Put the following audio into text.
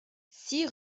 six